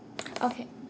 okay